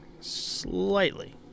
Slightly